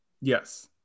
Yes